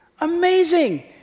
Amazing